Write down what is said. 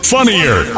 Funnier